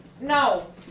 no